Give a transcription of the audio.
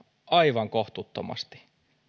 aivan kohtuuttomasti